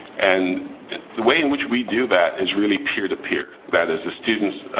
and the way in which we do that is really peer to peer. that is, the students